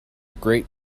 great